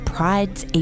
Pride's